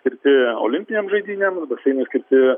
skirti olimpinėms žaidynėms baseinai skirti